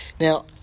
Now